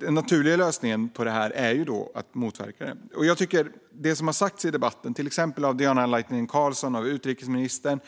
Den naturliga lösningen på detta är ju att motverka det, och jag tycker att det har som har sagts i debatten om det ryska perspektivet - till exempel av Diana Laitinen Carlsson och utrikesministern